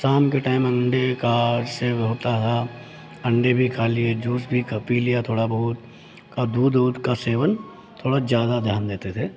शाम के टाइम अंडे का से जो होता है अंडे भी खा लिए जूस भी खा पी लिया थोड़ा बहुत और दूध ऊध का सेवन थोड़ा ज़्यादा ध्यान देते थे